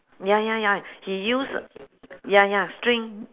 ya ya ya he use ya ya string